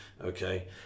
okay